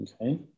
Okay